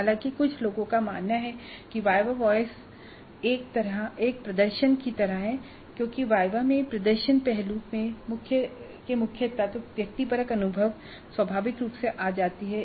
हालांकि कुछ लोगों का मानना है कि वाइवा वॉयस एक प्रदर्शन की तरह है क्योंकि वाइवा में प्रदर्शन पहलू के मुख्य तत्व व्यक्तिपरक अनुभव स्वाभाविक रूप से आ ही जाता है